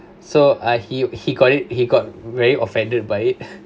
so uh he he got it he got very offended by it